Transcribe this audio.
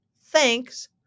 Thanks